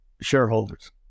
shareholders